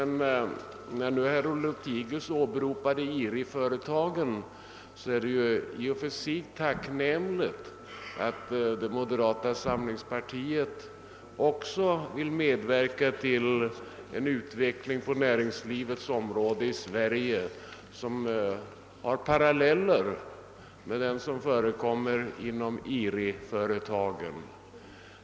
När herr Lothigius åberopade IRI företagen är det i och för sig tacknämligt att moderata samlingspartiet också vill medverka till en utveckling på näringslivets område i Sverige som har paralleller med den som förekommer inom IRI-företagen.